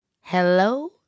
Hello